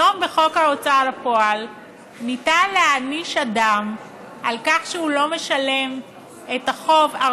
היום בחוק ההוצאה לפועל ניתן להעניש אדם על כך שהוא לא משלם את החוב,